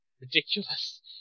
ridiculous